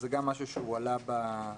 זה גם משהו שהועלה בשיח,